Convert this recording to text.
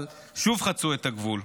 שוב חצו את הגבול: